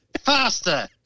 faster